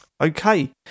okay